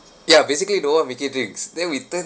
ya basically don't want to make me drinks then we turn